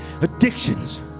addictions